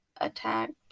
attacked